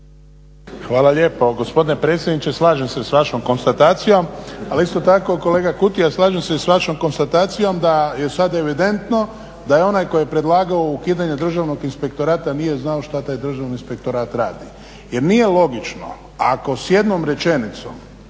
Hvala lijepo. Gospodine predsjedniče, slažem se s vašom konstatacijom, ali isto tako kolega Kutija, slažem se i s vašom konstatacijom da je evidentno da je onaj tko je predlagao ukidanje državnog inspektorata nije znao što taj državni inspektorat radi jer nije logično ako s jednom rečenicom